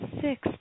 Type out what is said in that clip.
six